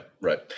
right